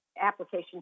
application